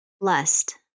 Lust